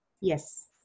Yes